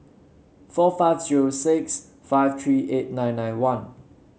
four five zero six five three eight nine nine one